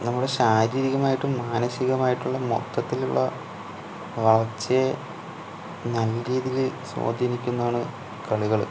നമ്മുടെ ശാരീരികമായിട്ടും മാനസികമായിട്ടുള്ള മൊത്തത്തിലുള്ള വളർച്ചയെ നല്ല രീതീയിൽ സ്വാധീനിക്കുന്നതാണ് കളികൾ